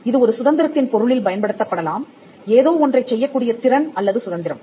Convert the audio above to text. இது ஒரு சுதந்திரத்தின் பொருளில் பயன்படுத்தப் படலாம் ஏதோ ஒன்றைச் செய்யக்கூடிய திறன் அல்லது சுதந்திரம்